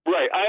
Right